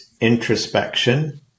introspection